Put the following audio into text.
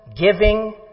giving